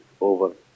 over